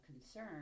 concern